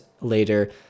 later